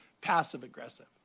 Passive-aggressive